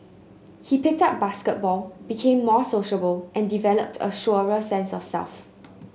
he picked up basketball became more sociable and developed a surer sense of self